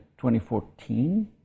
2014